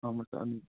ꯑꯧ ꯃꯆꯥ ꯑꯅꯤ